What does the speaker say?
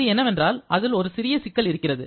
அது என்னவென்றால் ஒரு சிறிய சிக்கல் இருக்கிறது